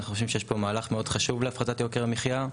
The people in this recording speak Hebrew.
אנחנו חושבים שיש כאן מהלך חשוב מאוד להפחתת יוקר המחיה.